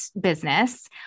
business